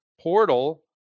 portal